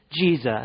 Jesus